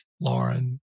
Lauren